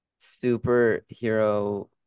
superhero